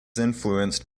influenced